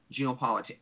geopolitics